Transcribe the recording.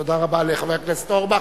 תודה רבה לחבר הכנסת אורבך.